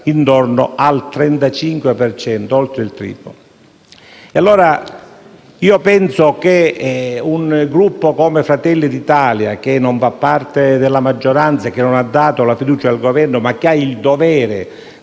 intorno al 35 per cento, oltre il triplo. Penso che un Gruppo come Fratelli d'Italia, che non fa parte della maggioranza e non ha dato la fiducia al Governo, ma ha il dovere di